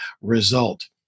result